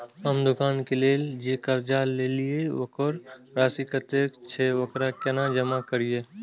हम दुकान के लेल जे कर्जा लेलिए वकर राशि कतेक छे वकरा केना जमा करिए?